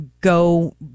go